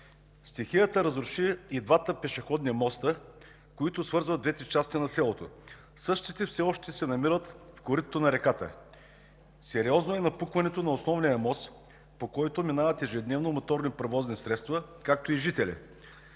Стихията разруши и двата пешеходни моста, които свързват двете части на селото. Същите все още се намират в коритото на реката. Сериозно е напукването на основния мост, по който минават ежедневно моторни превозни средства, както и жители.